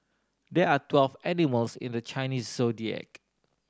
there are twelve animals in the Chinese Zodiac